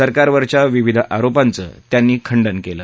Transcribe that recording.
सरकारवरच्या विविध आरोपाचं त्यांनी खंडन केलं